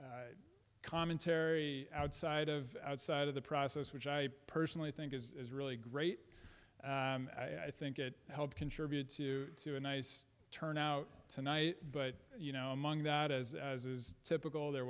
commentary outside of outside of the process which i personally think is really great i think it helped contribute to to a nice turnout tonight but you know among that as is typical there